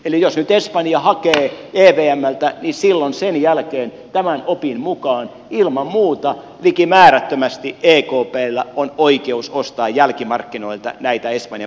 eli jos nyt espanja hakee evmltä niin silloin sen jälkeen tämän opin mukaan ilman muuta liki määrättömästi ekpllä on oikeus ostaa jälkimarkkinoilta näitä espanjan papereita